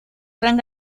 gran